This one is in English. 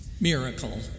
miracle